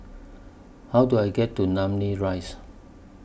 How Do I get to Namly Rise